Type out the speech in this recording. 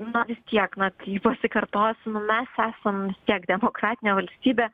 na vistiek na kai pasikartosiu nu mes esam vis tiek demokratinė valstybė